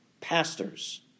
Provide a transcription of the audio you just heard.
pastors